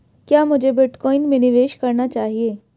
क्या मुझे बिटकॉइन में निवेश करना चाहिए?